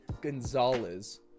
Gonzalez